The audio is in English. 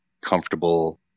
comfortable